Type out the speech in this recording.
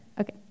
Okay